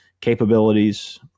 capabilities